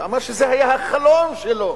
הוא אמר שזה היה החלום שלו